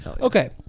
Okay